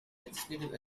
legislative